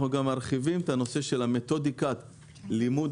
אנחנו מרחיבים את הנושא של מתודיקת לימוד